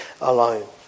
alone